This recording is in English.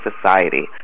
Society